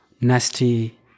nasty